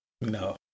No